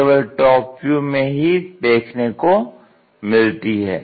यह हमें केवल टॉप व्यू में ही देखने को मिलती है